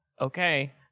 Okay